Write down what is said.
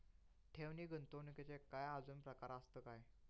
ठेव नी गुंतवणूकचे काय आजुन प्रकार आसत काय?